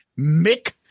Mick